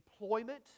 employment